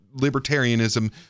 libertarianism